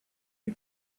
you